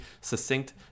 succinct